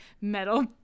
metal